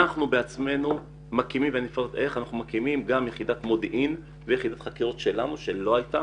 אנחנו בעצמנו מקימים יחידת מודיעין ויחידת חקירות שלנו שלא הייתה